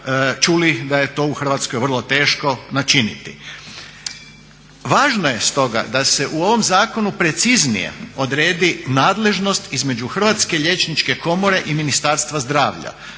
čuli da je to u Hrvatskoj vrlo teško načiniti. Važno je stoga da se u ovom zakonu preciznije odredi nadležnost između Hrvatske liječničke komore i Ministarstva zdravlja